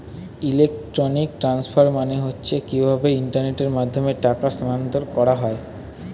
electronic transfer মানে হচ্ছে কিভাবে ইন্টারনেটের মাধ্যমে টাকা স্থানান্তর করা হয়